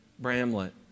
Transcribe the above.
Bramlett